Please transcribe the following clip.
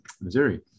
Missouri